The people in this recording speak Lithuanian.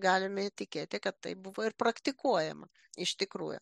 galime įtikėti kad tai buvo ir praktikuojama iš tikrųjų